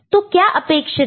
तो क्या अपेक्षित है